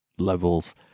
levels